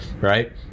right